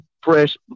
fresh